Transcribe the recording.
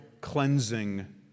cleansing